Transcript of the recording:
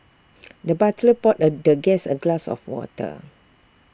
the butler poured the guest A glass of water